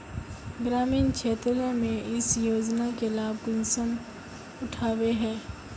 ग्रामीण क्षेत्र में इस योजना के लाभ कुंसम उठावे है?